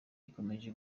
ikomeje